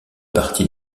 partie